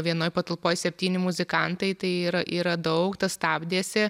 vienoj patalpoj septyni muzikantai tai yra yra daug tas stabdėsi